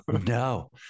No